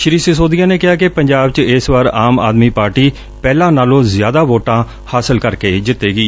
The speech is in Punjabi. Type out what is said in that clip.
ਸ੍ਰੀ ਸਿਸੋਦੀਆ ਨੇ ਕਿਹਾ ਕਿ ਪੰਜਾਬ ਚ ਇਸ ਵਾਰ ਆਮ ਆਦਮੀ ਪਾਰਟੀ ਪਹਿਲਾਂ ਨਾਲੋਂ ਜ਼ਿਆਦਾ ਵੋਟਾਂ ਹਾਸਲ ਕਰਕੇ ਜਿੱਤੇਗੀ